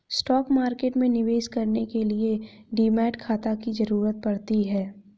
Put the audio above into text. stock market में निवेश करने के लिए डीमैट खाता की जरुरत पड़ती है